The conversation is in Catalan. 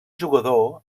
jugador